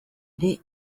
ere